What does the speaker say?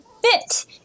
fit